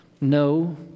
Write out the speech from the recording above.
no